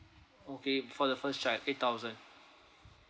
okay for the first child eight thousand